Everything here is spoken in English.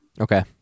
Okay